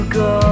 go